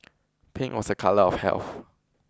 pink was a colour of health